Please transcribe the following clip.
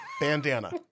Bandana